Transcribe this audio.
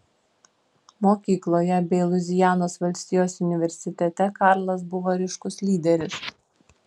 mokykloje bei luizianos valstijos universitete karlas buvo ryškus lyderis